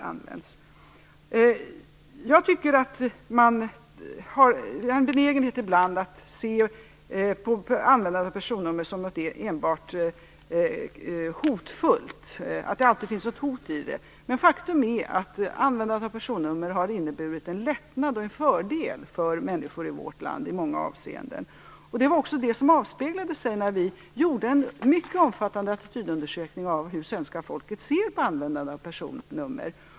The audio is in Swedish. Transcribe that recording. Man har ibland en benägenhet att se användandet av personnummer som enbart något hotfullt. Men faktum är att användandet har personnummer i många avseenden har inneburit en lättnad och en fördel för många människor i vårt land. Detta var också något som avspeglades när vi gjorde en mycket omfattande attitydundersökning av hur svenska folket ser på användandet av personnummer.